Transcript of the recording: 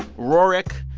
rorick,